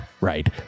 right